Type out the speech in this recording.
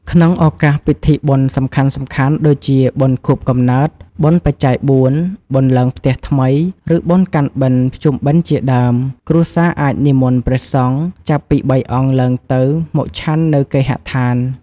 ក្នុងឱកាសពិធីបុណ្យសំខាន់ៗ ដូចជាបុណ្យខួបកំណើត បុណ្យបច្ច័យបួន បុណ្យឡើងផ្ទះថ្មី ឬបុណ្យកាន់បិណ្ឌភ្ជុំបិណ្ឌជាដើម គ្រួសារអាចនិមន្តព្រះសង្ឃចាប់ពី៣អង្គឡើងទៅមកឆាន់នៅគេហដ្ឋាន។